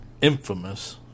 infamous